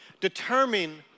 determine